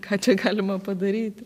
ką čia galima padaryti